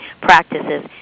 practices